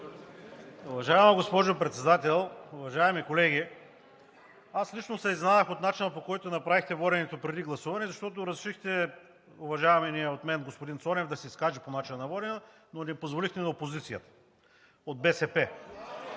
Уважаема госпожо Председател, уважаеми колеги! Аз лично се изненадах от начина, по който направихте воденето преди гласуването, защото разрешихте уважаваният от мен господин Цонев да се изкаже по начина на водене, но не позволихте на БСП,